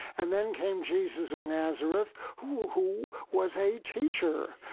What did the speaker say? and then came jesus of nazareth who who was a teacher.